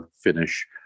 finish